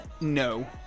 No